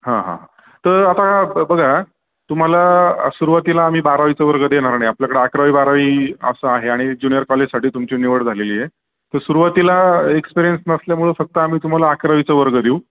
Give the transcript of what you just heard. हां हां त आता बघा तुम्हाला सुरवातीला आम्ही बारावीचं वर्ग देता येणार नाही आपल्याकडे अकरावी बारावी असं आहे आणि जुनिअर कॉलेजसाठी तुमची निवड झालेली आहे तर सुरवातीला एक्सपिरियन्स नसल्यामुळं फक्त आम्ही तुम्हाला अकरावीचं वर्ग देऊ